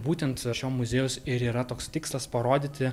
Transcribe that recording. būtent šio muziejaus ir yra toks tikslas parodyti